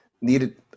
needed